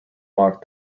marked